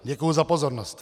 Děkuji za pozornost.